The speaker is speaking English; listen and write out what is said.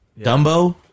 Dumbo